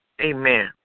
amen